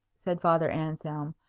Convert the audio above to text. said father anselm,